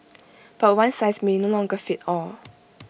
but one size may no longer fit all